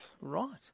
Right